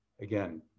Again